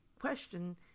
question